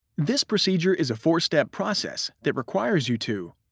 this procedure is a four step process that requires you to,